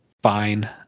fine